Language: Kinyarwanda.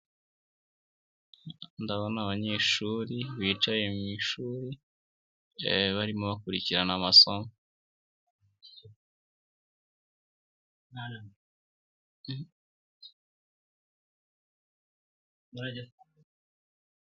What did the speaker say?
Ndabona abanyeshuri bicaye mu ishuri barimo bakurikirana amasomo.